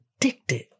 addicted